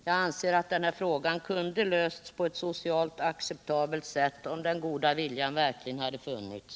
Jag anser att den här frågan hade kunnat lösas på ett socialt acceptabelt sätt, om den goda viljan verkligen hade funnits.